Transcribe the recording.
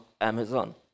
Amazon